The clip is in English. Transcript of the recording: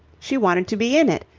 she wanted to be in it,